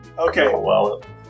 Okay